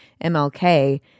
MLK